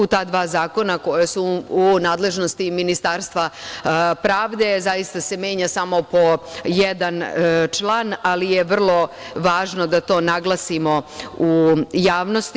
Ta dva zakona koja su u nadležnosti Ministarstva pravde zaista se menja samo po jedan član, ali je vrlo važno da to naglasimo u javnosti.